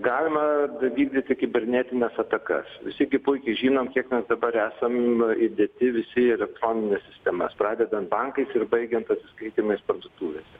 galima vykdyti kibernetines atakas visi gi puikiai žinom kiek mes dabar esam įdėti visi į elektronines sistemas pradedant bankais ir baigiant atsiskaitymais parduotuvėse